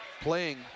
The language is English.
playing